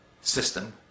system